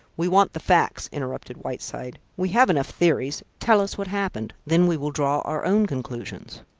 we want the facts, interrupted whiteside. we have enough theories. tell us what happened. then we will draw our own conclusions.